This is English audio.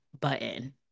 button